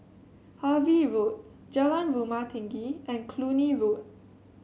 Harvey Road Jalan Rumah Tinggi and Cluny Road